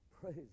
Praise